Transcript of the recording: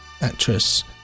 actress